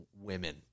women